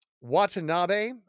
Watanabe